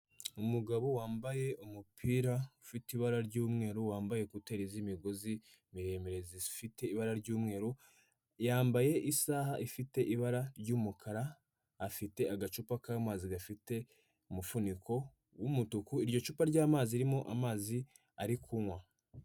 Umugabo wambaye umupira ufite ibara ry'umweru, wambaye ekuteri z'imigozi miremire zifite ibara ry'umweru, yambaye isaha ifite ibara ry'umukara, afite agacupa k'amazi gafite umufuniko w'umutuku, iryo cupa ry'amazi ririmo amazi ari kunywa.